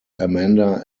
amanda